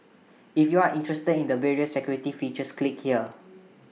if you're interested in the various security features click here